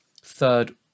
third